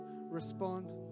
Respond